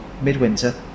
midwinter